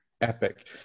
epic